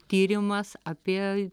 tyrimas apie